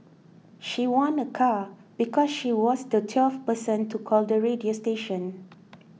she won a car because she was the twelfth person to call the radio station